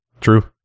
true